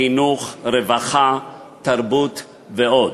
חינוך, רווחה, תרבות ועוד.